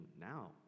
now